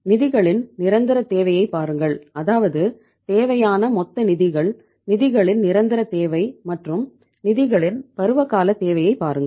நிதிகளின் நிரந்தரத் தேவையைப் பாருங்கள் அதாவது தேவையான மொத்த நிதிகள் நிதிகளின் நிரந்தர தேவை மற்றும் நிதிகளின் பருவகால தேவையை பாருங்கள்